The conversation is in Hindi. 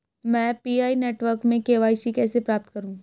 मैं पी.आई नेटवर्क में के.वाई.सी कैसे प्राप्त करूँ?